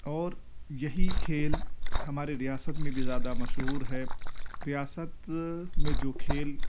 اور یہی کھیل ہمارے ریاست میں بھی زیادہ مشہور ہے ریاست میں جو کھیل